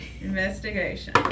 Investigation